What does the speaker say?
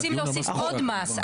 רוצים להוסיף עוד מס.